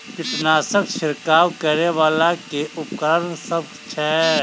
कीटनासक छिरकाब करै वला केँ उपकरण सब छै?